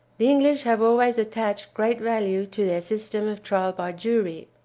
the english have always attached great value to their system of trial by jury.